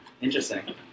Interesting